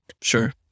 Sure